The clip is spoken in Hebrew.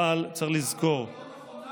אבל צריך לזכור, למה,